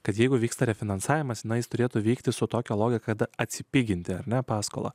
kad jeigu vyksta refinansavimas na jis turėtų vykti su tokia logika kad atpiginti ar ne paskolą